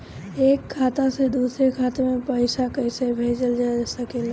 एक खाता से दूसरे खाता मे पइसा कईसे भेजल जा सकेला?